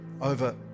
over